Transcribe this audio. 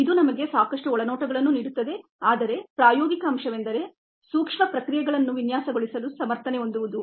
ಇದು ನಮಗೆ ಸಾಕಷ್ಟು ಒಳನೋಟಗಳನ್ನು ನೀಡಿತು ಆದರೆ ಪ್ರಾಯೋಗಿಕ ಅಂಶವೆಂದರೆ ಸೂಕ್ತ ಪ್ರಕ್ರಿಯೆಗಳನ್ನು ವಿನ್ಯಾಸಗೊಳಿಸಲು ಸಮರ್ಥನೆ ಹೊಂದುವುದು